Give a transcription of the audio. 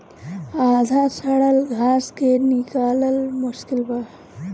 आधा सड़ल घास के निकालल मुश्किल बा